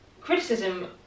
criticism